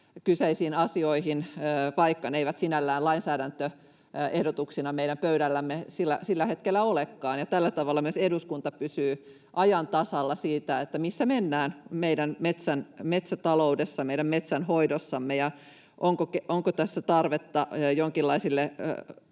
kyseisiin asioihin, vaikka ne eivät sinällään lainsäädäntöehdotuksina meidän pöydällämme sillä hetkellä olekaan. Tällä tavalla myös eduskunta pysyy ajan tasalla siitä, missä mennään meidän metsätaloudessa, meidän metsänhoidossamme ja siinä, onko tässä tarvetta jonkinlaisille